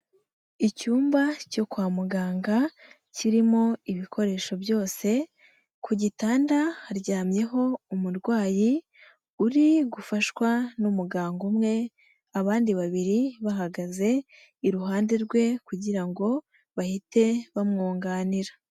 Icyumba cyo kwa muganga kirimo ibikoresho byose ku gitanda haryamyeho umurwayi uri gufashwa n'umuganga umwe abandi babiri bahagaze iruhande rwe kugira ngo bahite bamwunganira.